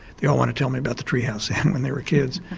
they all want to tell me about the tree house they had when they were kids.